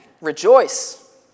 Rejoice